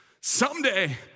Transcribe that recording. Someday